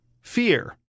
Fear